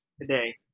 today